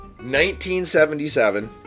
1977